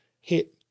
hit